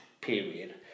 period